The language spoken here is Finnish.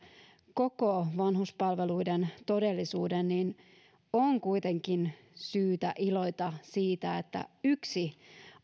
koko vanhuspalveluiden todellisuuden on kuitenkin syytä iloita siitä että yksi